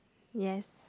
yes